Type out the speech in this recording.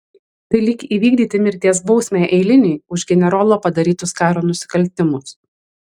tai lyg įvykdyti mirties bausmę eiliniui už generolo padarytus karo nusikaltimus